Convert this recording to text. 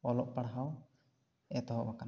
ᱚᱞᱚᱜ ᱯᱟᱲᱦᱟᱣ ᱮᱛᱚᱦᱚᱵ ᱟᱠᱟᱱᱟ